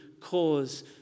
cause